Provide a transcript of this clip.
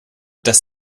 dass